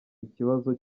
ikibazo